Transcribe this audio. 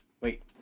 Wait